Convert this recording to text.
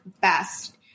best